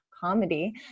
comedy